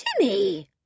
Timmy